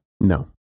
no